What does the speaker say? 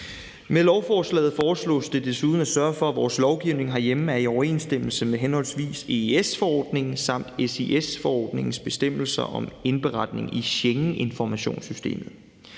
Med lovforslaget foreslås det desuden at sørge for, at vores lovgivning herhjemme er i overensstemmelse med henholdsvis EES-forordningen samt SIS-forordningens bestemmelser om indberetninger i Schengeninformationssystemet.